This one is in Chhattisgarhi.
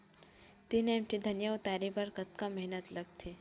तीन एम.टी धनिया उतारे बर कतका मेहनती लागथे?